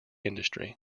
industry